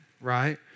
right